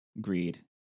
greed